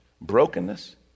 brokenness